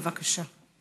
בבקשה.